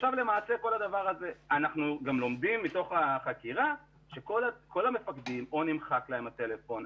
אנחנו גם למדים מתוך החקירה שכל המפקידים או נמחק להם הטלפון,